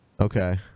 okay